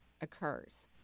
occurs